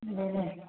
അതെ അതെ